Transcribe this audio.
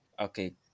Okay